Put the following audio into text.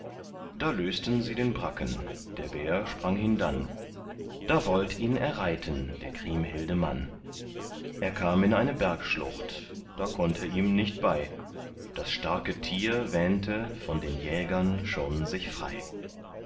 da lösten sie den bracken der bär sprang hindann da wollt ihn erreiten der kriemhilde mann er kam in eine bergschlucht da konnt er ihm nicht bei das starke tier wähnte von den jägern schon sich frei